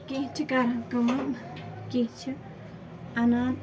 کیٚنہہ چھِ کران کٲم کیٚنہہ چھِ اَنان